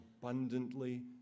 abundantly